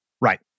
Right